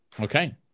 Okay